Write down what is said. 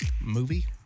movie